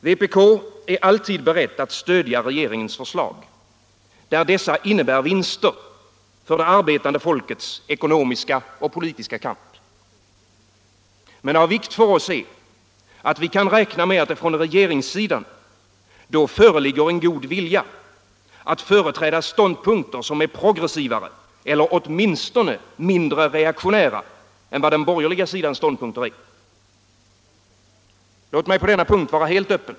Vpk är alltid berett att stödja regeringens förslag, där dessa innebär vinster för det arbetande folkets ekonomiska och politiska kamp. Men av vikt för oss är, att vi kan räkna med att det från regeringssidan då föreligger en god vilja att företräda ståndpunkter som är progressivare eller åtminstone mindre reaktionära än vad den borgerliga sidans ståndpunkter är. Låt mig på denna punkt vara helt öppen.